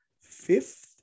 fifth